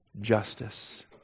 justice